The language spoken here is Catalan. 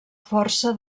força